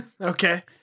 okay